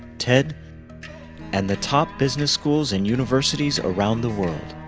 ted and the top business schools and universities around the world.